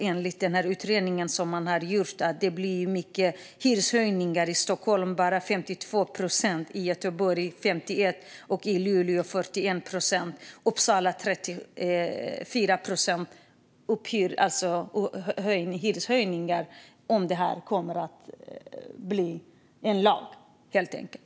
Enligt utredningen som gjorts blir det mycket hyreshöjningar om det här blir lag - i Stockholm 52 procent, i Göteborg 51 procent, i Luleå 43 procent och i Uppsala 34 procent.